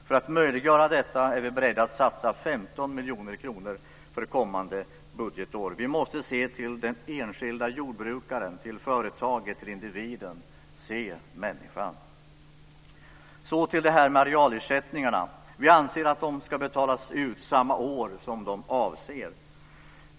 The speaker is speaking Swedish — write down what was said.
För att möjliggöra detta är vi beredda att satsa 15 miljoner kronor för kommande budgetår. Vi måste se till den enskilda jordbrukaren - till företaget och till individen. Se människan! Vi anser att arealersättningarna ska betalas ut samma år som de avser.